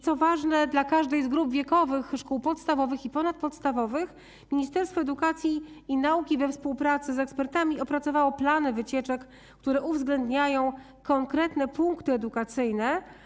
Co ważne, dla każdej z grup wiekowych szkół podstawowych i ponadpodstawowych Ministerstwo Edukacji i Nauki we współpracy z ekspertami opracowało plany wycieczek, które uwzględniają konkretne punkty edukacyjne.